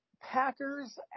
Packers